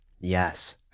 yes